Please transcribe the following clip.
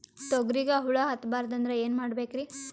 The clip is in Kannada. ತೊಗರಿಗ ಹುಳ ಹತ್ತಬಾರದು ಅಂದ್ರ ಏನ್ ಮಾಡಬೇಕ್ರಿ?